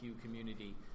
community